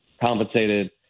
compensated